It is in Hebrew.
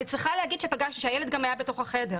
אני צריכה להגיד שהילד גם היה בתוך החדר.